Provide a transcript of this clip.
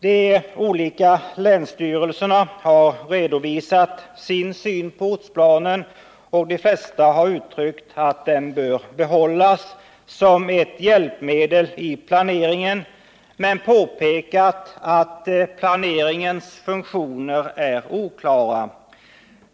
De olika länsstyrelserna har redovisat sin syn på ortsplanen, och de flesta har uttryckt den meningen att ortsplanen bör behållas som ett hjälpmedel i planeringen men påpekat att planens funktioner är oklara.